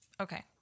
Okay